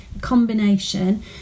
combination